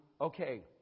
Okay